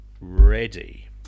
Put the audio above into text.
ready